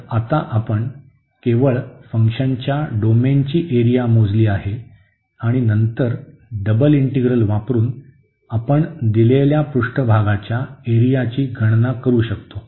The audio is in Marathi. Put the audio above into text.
तर आता आपण केवळ फंक्शनच्या डोमेनची एरिया मोजली आहे आणि नंतर डबल इंटीग्रल वापरुन आपण दिलेल्या पृष्ठभागाच्या एरियाची गणना करू शकतो